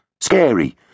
Scary